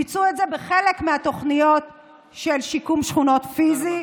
הם ביצעו את זה בחלק מהתוכניות של שיקום שכונות פיזי,